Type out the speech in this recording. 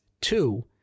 two